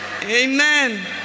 Amen